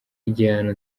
igihano